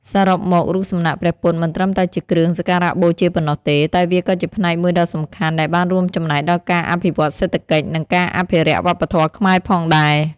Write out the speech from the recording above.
សរុបមក រូបសំណាកព្រះពុទ្ធមិនត្រឹមតែជាគ្រឿងសក្ការៈបូជាប៉ុណ្ណោះទេ តែវាក៏ជាផ្នែកមួយដ៏សំខាន់ដែលបានរួមចំណែកដល់ការអភិវឌ្ឍសេដ្ឋកិច្ច និងការអភិរក្សវប្បធម៌ខ្មែរផងដែរ។